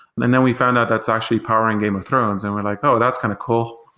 then then we found out that's actually powering game of thrones and we're like, oh! that's kind of cool,